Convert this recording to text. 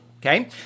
okay